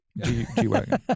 G-Wagon